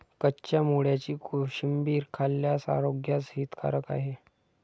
कच्च्या मुळ्याची कोशिंबीर खाल्ल्यास आरोग्यास हितकारक आहे